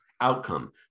outcome